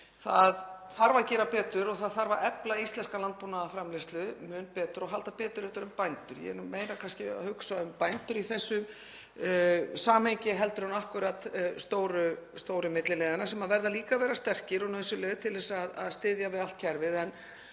það þarf að gera betur og það þarf að efla íslenska landbúnaðarframleiðslu mun betur og halda betur utan um bændur. Ég er meira að hugsa um bændur í þessu samhengi en akkúrat stóru milliliðina, sem verða líka að vera sterkir og eru nauðsynlegir til að styðja við allt kerfið